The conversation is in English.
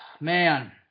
man